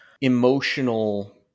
emotional